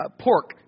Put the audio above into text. pork